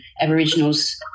Aboriginals